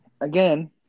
again